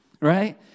Right